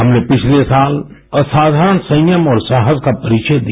हमने पिछले साल असाधारण संयम और साहस का परिचय दिया